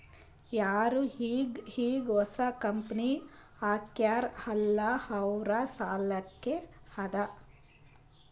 ಯಾರು ಈಗ್ ಈಗ್ ಹೊಸಾ ಕಂಪನಿ ಹಾಕ್ಯಾರ್ ಅಲ್ಲಾ ಅವ್ರ ಸಲ್ಲಾಕೆ ಅದಾ